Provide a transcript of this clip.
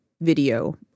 video